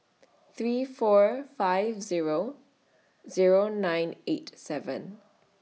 three four five Zero Zero nine eight seven